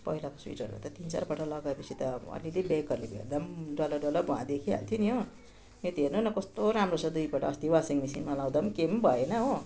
पहिलाको स्वेटरहरू त तिन चारपल्ट लगाए पछि त अलिअलि ब्यागहरूले भेट्दा डल्लो डल्लो भुवा देखि हाल्थ्यो नि हो यो त हेर्नु नि कस्तो राम्रो छ दुईपल्ट अस्ति वासिङ मसिनमा लगाउँदा के पनि भएन हो